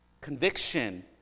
Conviction